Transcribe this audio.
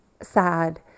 sad